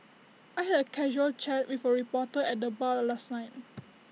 I had A casual chat with A reporter at the bar last night